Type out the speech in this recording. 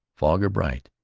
fog or bright,